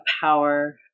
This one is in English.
power